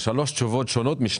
סעיף (ג)